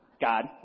god